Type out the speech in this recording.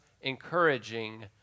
encouraging